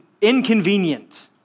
inconvenient